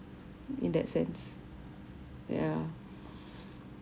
in that sense ya